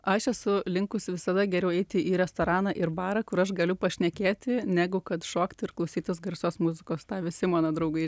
aš esu linkusi visada geriau eiti į restoraną ir barą kur aš galiu pašnekėti negu kad šokti ir klausytis garsios muzikos tą visi mano draugai